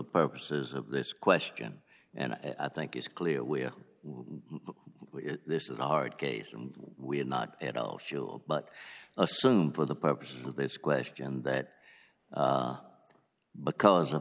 purposes of this question and i think it's clear we're this is a hard case and we're not at all sure but assume for the purposes of this question that because of